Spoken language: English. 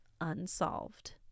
unsolved